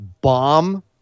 bomb